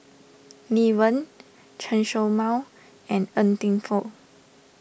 Lee Wen Chen Show Mao and Ng Teng Fong